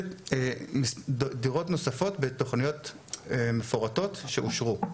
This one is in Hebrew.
זה דירות נוספות בתוכניות מפורטות שאושרו,